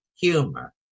humor